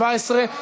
התשע"ז 2017,